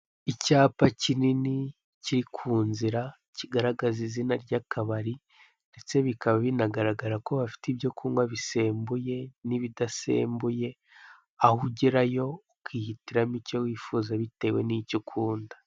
Icyapa kinini kiri kunzira kigaragaza izina ryakabari, ndetse bikaba binagaragara ko bafite ibyokunkwa bisembuye ndetse n'ibidasembuye; aho ugerayo ukihitiramo icyo wifuza bitewe nicyo ukunda.